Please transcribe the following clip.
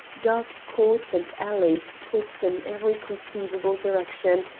dark courts and alleys twist in every conceivable direction,